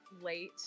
late